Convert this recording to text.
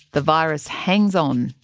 the virus hangs on.